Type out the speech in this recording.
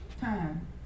time